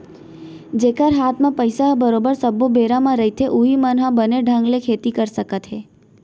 जेखर हात म पइसा ह बरोबर सब्बो बेरा म रहिथे उहीं मन ह बने ढंग ले खेती कर सकत हे